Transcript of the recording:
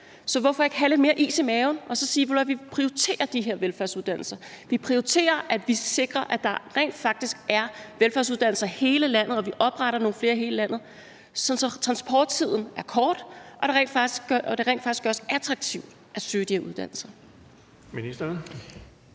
Så hvorfor ikke have lidt mere is i maven og sige: Vi prioriterer de her velfærdsuddannelser; vi prioriterer, at vi sikrer, at der rent faktisk er velfærdsuddannelser i hele landet, og vi opretter nogle flere i hele landet, sådan at transporttiden er kort og det rent faktisk også gøres attraktivt at søge de uddannelser?